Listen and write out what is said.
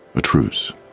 a truce.